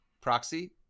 proxy